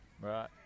Right